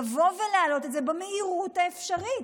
לבוא ולהעלות את זה במהירות האפשרית,